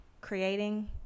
creating